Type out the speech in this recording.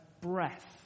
breath